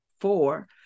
four